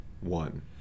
one